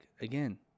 again